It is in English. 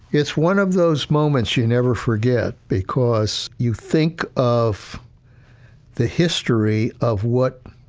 it's one of those moments you never forget, because you think of the history of what